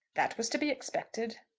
that was to be expected.